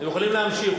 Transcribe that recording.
אתם יכולים להמשיך.